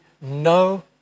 no